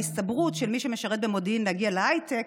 ההסתברות של מי שמשרת במודיעין להגיע להייטק,